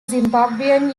zimbabwean